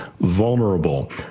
vulnerable